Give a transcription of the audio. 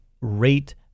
rate